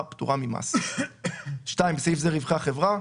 צהרים טובים.